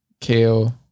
kale